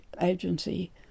agency